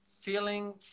feeling